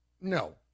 no